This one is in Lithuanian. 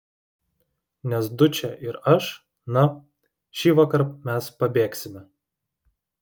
nes dučė ir aš na šįvakar mes pabėgsime